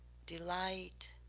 delight,